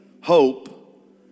hope